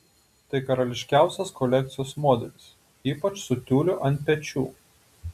tai karališkiausias kolekcijos modelis ypač su tiuliu ant pečių